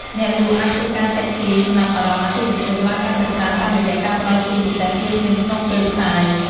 អ្នកលក់អាចធ្វើការទាក់ទាញចំណាប់អារម្មណ៍អតិថិជនបានកាន់តែច្រើនតាមរយៈការផ្តល់ជូនពិសេសភ្លាមៗក្នុងពេលផ្សាយ។